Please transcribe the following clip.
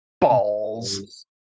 Balls